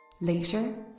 Later